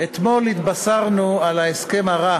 אתמול התבשרנו על ההסכם הרע